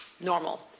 normal